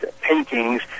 paintings